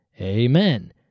amen